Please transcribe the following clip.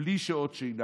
בלי שעות שינה